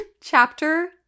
chapter